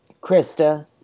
Krista